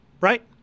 Right